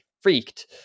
freaked